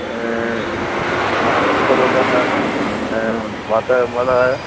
नारायण सरोवर आहे ऐं माता जो मढ़ आहे